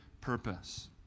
purpose